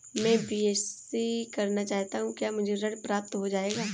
मैं बीएससी करना चाहता हूँ क्या मुझे ऋण प्राप्त हो जाएगा?